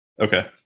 Okay